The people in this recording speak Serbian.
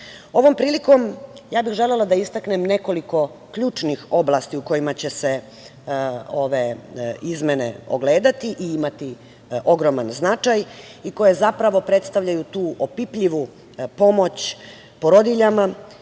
prilikom ja bih želela da istaknem nekoliko ključnih oblasti u kojima će se ove izmene ogledati i imati ogroman značaj i koje zapravo predstavljaju tu opipljivu pomoć porodiljama